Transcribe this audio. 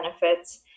benefits